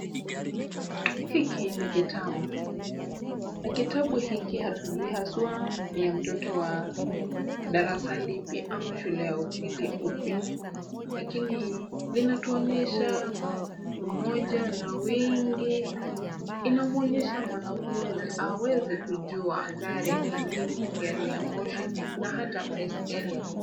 Hiki ni kitabu na kitabu hiki hatujui haswa ni la mtoto wa darasa lipi ama shule ya upili upi. lakini, linatuonyesha umoja na wingi. Inamwonyesha mwanafunzi aweze kujua gare ni nini, gari la moshi na hata baiskeli.